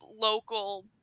local